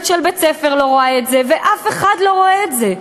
של בית-ספר לא רואה את זה ואף אחד לא רואה את זה?